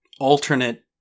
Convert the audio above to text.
alternate